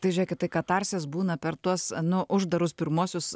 tai žiūrėkit katarskis būna per tuos nu uždarus pirmuosius